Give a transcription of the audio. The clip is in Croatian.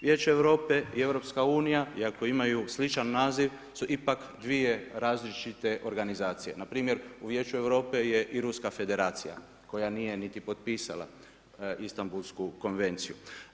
Vijeće Europe i EU iako imaju sličan naziv su ipak dvije različite organizacije, npr. u Vijeću Europe je i Ruska Federacija koja nije niti potpisala Istambulsku konvenciju.